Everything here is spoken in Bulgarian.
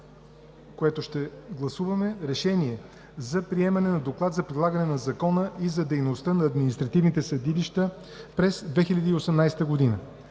което ще гласуваме: „РЕШЕНИЕ за приемане на Доклад за прилагането на закона и за дейността на административните съдилища през 2018 г.